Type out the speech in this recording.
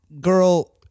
girl